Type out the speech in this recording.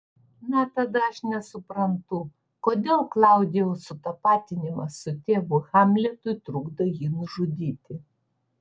na tada aš nesuprantu kodėl klaudijaus sutapatinimas su tėvu hamletui trukdo jį nužudyti